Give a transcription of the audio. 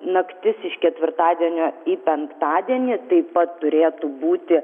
naktis iš ketvirtadienio į penktadienį taip pat turėtų būti